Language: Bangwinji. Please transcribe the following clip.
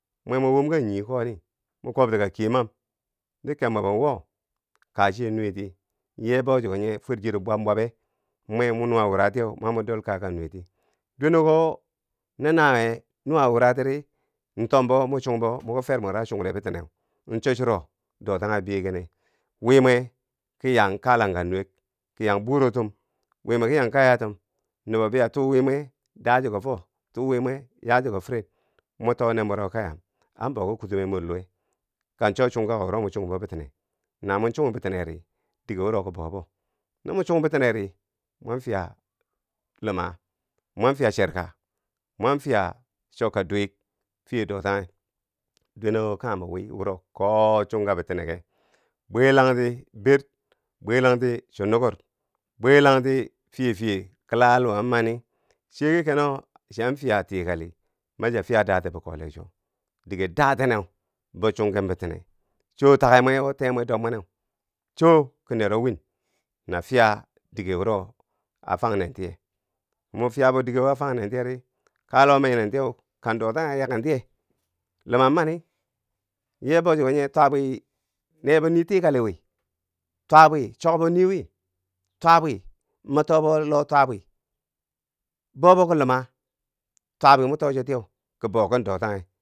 Mwe mo womka nyi koni mo kwobti ka kyeman di kebmwebo wo kaa chiye nuweti yee bou chike nye fwer chiyero bwam bwabe, mwe mo nuwa wura tiye ma mo dol kaaka nuweti, dwene ko wuro no nawiye nuwa wura tiri, ntombo mo chungbo mwi. fer mwero a chungde biti neu cho churo dotanghe biye kenne wiimwe ki yaang kanglangka nuwek, ki yang burotum wiimwe ki yaang kayatum, nubo biya tuu wiimwe daa chiko fo too wiimwe, yaa chiko fere, mo too ner mwero kayam, an bouki kutum mo luwe, kan cho chungka ko wuro mo chungbo bitine, na mo chungiri dige wuro ki bou bo no mo chung biteneri mon fiya luma mon fiya cherka, mon fiya chokka dwek fiye dotanghe dwenewo kanghem bo wiiwuro koo chungka bitineke, bwellang ti ber, bwellangti chundukur bwellangti fiye fiye kila luma mani chiyeki keno chiyan fiya tikali, ma chiya fiya daa ti bikole chwo, dige detenne. bou chungken bitine, choo take mwe wo tee mwe dobmweneu, choo ki nero win na fiya dige wuro a fang nen tiye, mo fiya bo dige wo a fangnentiyeri, kalewo ma yinentiyeu, kan dotanghe yakentiye, luma mani yee bou. chike nyee. twaabwi neebonii tikali wi, twaabwi chokbo nii wi, twaakbwi ma toobo loh twaabwi, boubo ki luma, twaabwi mo too cho tiye ki bouki dotanghe.